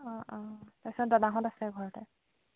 অঁ অঁ তাৰপিছত দাদাহঁত আছে ঘৰতে